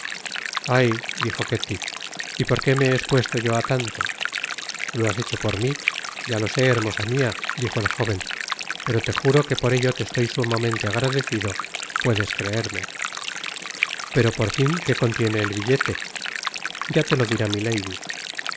ay dijo ketty y porque me he espuesto yo á tanto lo has hecho por mi ya lo sé hermosa mia dijo el jóven pero te juro que por ello te estoy sumamente agradecido puedes creerme pero por fin qué contiene el billete ya te lo dirá milady